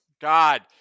God